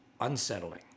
unsettling